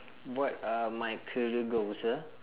what are my career goals ah